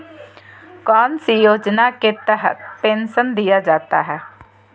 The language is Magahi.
कौन सी योजना के तहत पेंसन दिया जाता है?